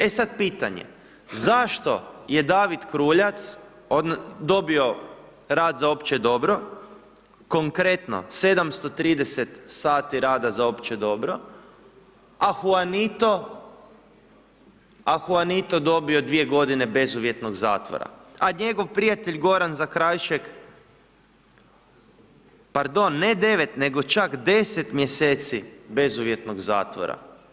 E sad pitanje, zašto je David Kruljac dobio rad za opće dobro, konkretno, 730 sati rada za opće dobro, a Huanito je dobio dvije godine bezuvjetnog zatvora, a njegov prijatelj Goran Zakrajšek, pardon, ne 9, nego čak 10 mjeseci bezuvjetnog zatvora.